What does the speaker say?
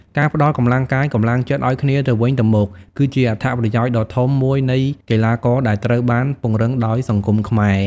ការផ្តល់កម្លាំងកាយ កម្លាំងចិត្តអោយគ្នាទៅវិញទោមក គឺជាអត្ថប្រយោជន៍ដ៏ធំមួយនៃកីឡាករដែលត្រូវបានពង្រឹងដោយសង្គមខ្មែរ។